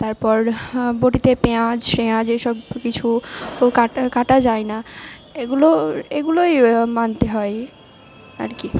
তারপর বঁটিতে পেঁয়াজ ফে য়াজ এসব কিছু কাটা কাটা যায় না এগুলোর এগুলোই মানতে হয় আর কি